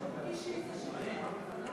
מישהי תשיב.